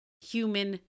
human